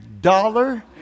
dollar